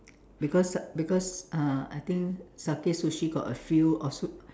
because because uh I think Sakae sushi got a few or su~